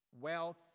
wealth